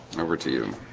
over to you